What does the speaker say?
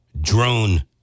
drone